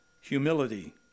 humility